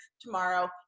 tomorrow